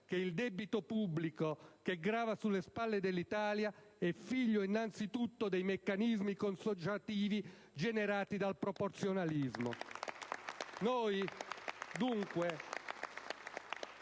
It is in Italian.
che il debito pubblico che grava sulle spalle dell'Italia è figlio innanzitutto dei meccanismi consociativi generati dal proporzionalismo.